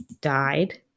died